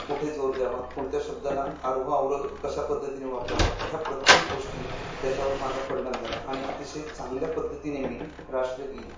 कुठे जोर द्यावा कोणत शब्दाला आरोह अवरोह कशा पद्धतीने वापरावा ह्या प्रत्येक गोष्टी त्याच्यावर माझा परिणाम झाला आणि अतिशय चांगल्या पद्धतीने मी राष्ट्रगीत